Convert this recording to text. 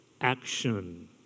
action